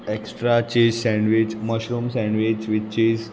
extra cheese sandwich mushroom sandwich with cheese